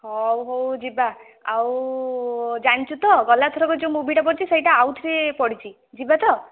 ହଉ ହଉ ଯିବା ଆଉ ଜାଣିଛୁ ତ ଗଲାଥରକ ଯେଉଁ ମୁଭି ଟା ପଡିଥିଲା ସେଇଟା ଆଉଥରେ ପଡିଛି ଯିବା ତ